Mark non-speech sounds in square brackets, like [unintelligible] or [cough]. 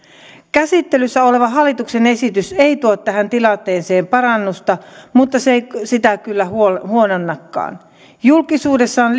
käsittelyssä oleva hallituksen esitys ei tuo tähän tilanteeseen parannusta mutta se ei sitä kyllä huononnakaan julkisuudessa on [unintelligible]